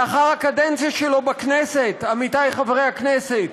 לאחר הקדנציה שלו בכנסת, עמיתיי חברי הכנסת,